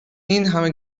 اینهمه